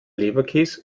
leberkäse